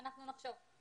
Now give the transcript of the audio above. אנחנו נחשוב.